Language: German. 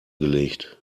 gelegt